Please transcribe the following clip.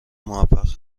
موفق